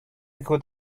good